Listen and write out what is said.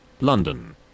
London